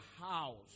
house